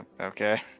Okay